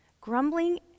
Grumbling